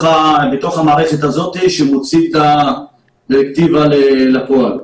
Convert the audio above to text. המערכת הזאת שמוציא את הדירקטיבה לפועל.